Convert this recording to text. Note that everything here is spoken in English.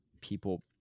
people